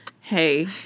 Hey